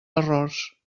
errors